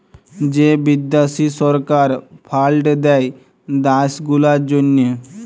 যে বিদ্যাশি সরকার ফাল্ড দেয় দ্যাশ গুলার জ্যনহে